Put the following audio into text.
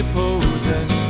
possess